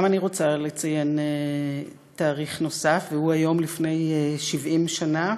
גם אני רוצה לציין תאריך נוסף: היום לפני 70 שנה